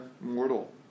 mortal